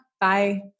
Bye